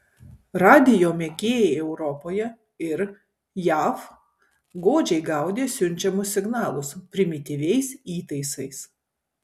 radijo mėgėjai europoje ir jav godžiai gaudė siunčiamus signalus primityviais įtaisais